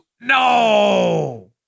No